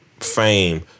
fame